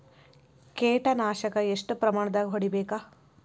ಕೇಟ ನಾಶಕ ಎಷ್ಟ ಪ್ರಮಾಣದಾಗ್ ಹೊಡಿಬೇಕ?